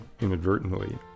inadvertently